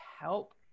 help